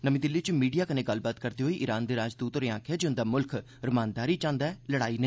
नमीं दिल्ली च मीडिया कन्नै गल्लबात करदे होई ईरान दे राजदूत होरें आखेआ जे उंदा मुल्ख रमानदारी चांह्दा ऐ लड़ाई नेईं